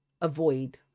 avoid